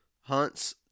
hunts